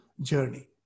journey